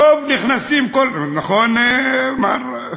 נכון, מר,?